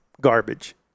garbage